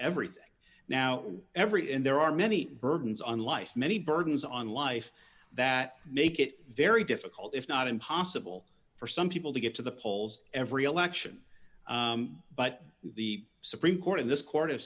everything now every and there are many burdens on life many burdens on life that make it very difficult if not impossible for some people to get to the polls every election but the supreme court in this